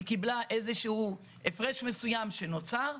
קיבלה הפרש מסוים שנוצר,